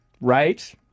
Right